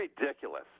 ridiculous